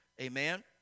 Amen